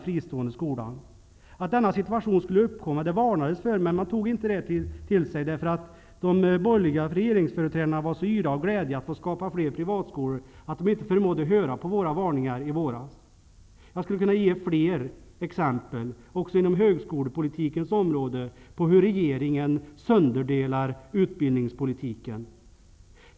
Det varnades för att denna situation skulle komma att uppstå, men man tog det inte till sig, därför att de borgerliga regeringsföreträdarna var så yra av glädje att få skapa fler privatskolor att de inte förmådde höra på våra varningar i våras. Jag skulle kunna ge fler exempel inom också högskolepolitikens område på hur regeringen sönderdelar utbildningspolitiken.